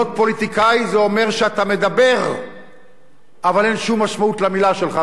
להיות פוליטיקאי זה אומר שאתה מדבר אבל אין שום משמעות למלה שלך.